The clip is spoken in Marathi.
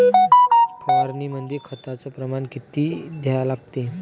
फवारनीमंदी खताचं प्रमान किती घ्या लागते?